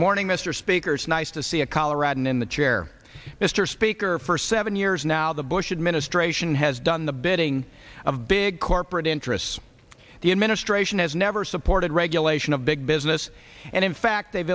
morning mr speaker it's nice to see a coloradan in the chair mr speaker for seven years now the bush administration has done the bidding of big corporate interests the administration has never supported regulation of big business and in fact they've